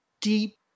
deep